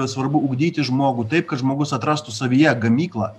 svarbu ugdyti žmogų taip kad žmogus atrastų savyje gamyklą